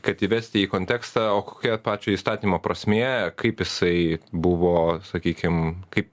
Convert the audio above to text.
kad įvesti į kontekstą o kokia pačio įstatymo prasmė kaip jisai buvo sakykim kaip